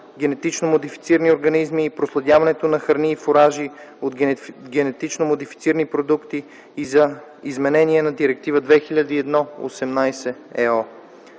генетично модифицирани организми и проследяването на храни и фуражи от генетично модифицирани продукти и за изменение на Директива 2001/18/ЕО.